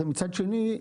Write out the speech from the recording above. מצד שני,